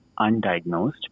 undiagnosed